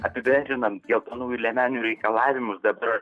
apibendrinant geltonųjų liemenių reikalavimus dabar